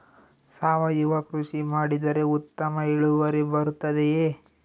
ಸಾವಯುವ ಕೃಷಿ ಮಾಡಿದರೆ ಉತ್ತಮ ಇಳುವರಿ ಬರುತ್ತದೆಯೇ?